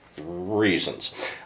reasons